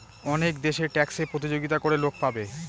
অনেক দেশে ট্যাক্সে প্রতিযোগিতা করে লোক পাবে